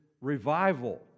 revival